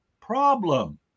problem